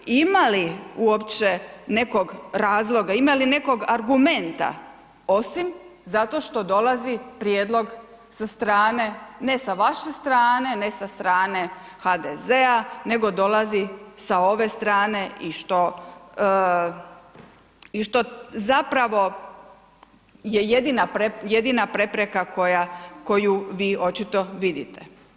Ima li, ima li uopće nekog razloga, ima li nekog argumenta osim zato što dolazi prijedlog sa strane, ne sa vaše strane, ne sa strane HDZ-a nego dolazi sa ove strane i što zapravo je jedina prepreka koju vi očito vidite.